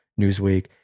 Newsweek